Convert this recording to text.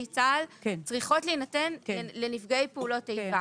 צה"ל צריכות להינתן לנפגעי פעולות איבה,